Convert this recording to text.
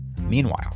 Meanwhile